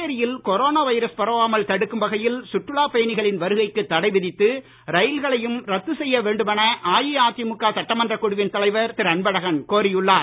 புதுச்சேரி யில் corona virus பரவாமல் தடுக்கும் வகையில் சுற்றுலா பயணிகளின் வருகைக்கு தடை விதித்து ரயில்களையும் ரத்த செய்ய வேண்டுமென அஇஅதிமுக சட்டமன்ற குழுவின் தலைவர் திரு அன்பழகன் கோரியுள்ளார்